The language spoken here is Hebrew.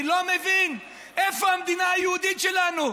אני לא מבין איפה המדינה היהודית שלנו.